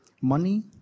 Money